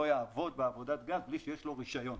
יעבוד בעבודת גז בלי שיש לו רישיון.